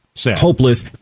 hopeless